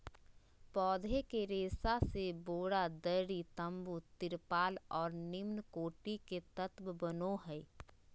पौधे के रेशा से बोरा, दरी, तम्बू, तिरपाल और निम्नकोटि के तत्व बनो हइ